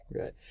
Right